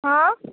हँ